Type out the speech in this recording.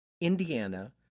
Indiana